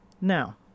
Now